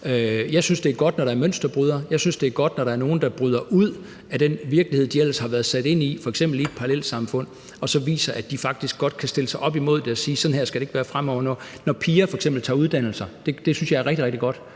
Jeg synes, det er godt, når der er mønsterbrydere, og jeg synes, det er godt, når der er nogle, der bryder ud af den virkelighed, de ellers har været sat i, f.eks. i et parallelsamfund, og viser, at de faktisk godt kan stille sig op imod det og sige, at det fremover ikke skal være sådan her. Når piger f.eks. tager uddannelser, synes jeg det er rigtig, rigtig godt